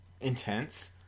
intense